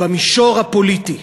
במישור הפוליטי.